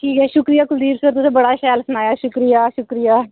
ठीक ऐ शुक्रिया कुलदीप सर तुसें बड़ा शैल सनाया शुक्रिया शुक्रिया